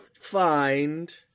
find